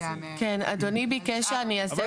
כן, אדוני ביקש שאני אעשה בדיקה.